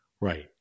Right